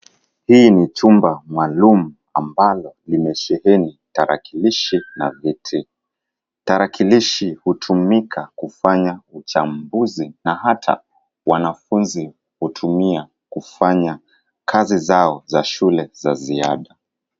Hii ni chumba maalumu ambalo limesheheni tarakilishi na viti. Tarakilishi hutumika kufanya uchambuzi na hata wanafunzi hutumia kufanya kazi zao za shule za ziada.